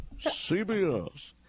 CBS